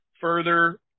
further